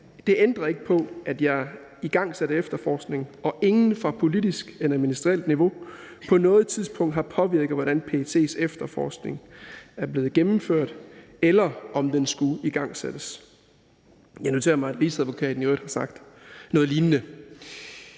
Det ændrer ikke på, at jeg igangsatte efterforskningen, og ingen fra politisk eller ministerielt niveau på noget tidspunkt har påvirket, hvordan PET's efterforskninger er blevet gennemført, eller om den skulle igangsættes.« Jeg noterer mig, at Rigsadvokaten i øvrigt har sagt noget lignende.